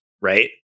right